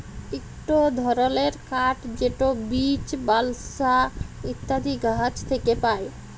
ইকট ধরলের কাঠ যেট বীচ, বালসা ইত্যাদি গাহাচ থ্যাকে পায়